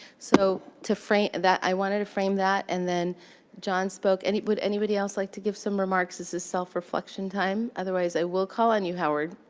so to frame i wanted to frame that, and then john spoke. and would anybody else like to give some remarks? this is self-reflection time. otherwise, i will call on you, howard.